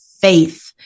faith